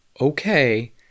okay